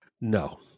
No